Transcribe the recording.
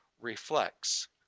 reflects